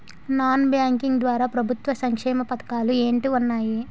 Non banking ద్వారా ప్రభుత్వ సంక్షేమ పథకాలు ఏంటి ఉన్నాయి?